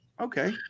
okay